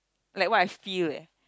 like what I feel eh